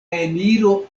eniro